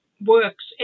works